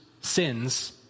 sins